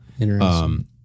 Interesting